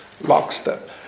lockstep